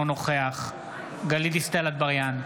אינו נוכח גלית דיסטל אטבריאן,